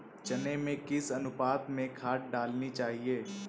चने में किस अनुपात में खाद डालनी चाहिए?